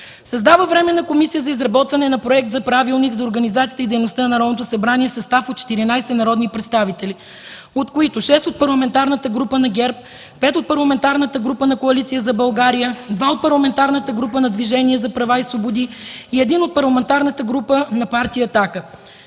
Създава Временна комисия за изработване на Проект за правилник за организацията и дейността на Народното събрание в състав от 14 народни представители, от които 6 от Парламентарната група на ГЕРБ, 5 от Парламентарната група на Коалиция за България, 2 от Парламентарната група на Движението за права и свободи и 1 от Парламентарната група на Партия